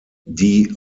die